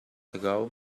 ago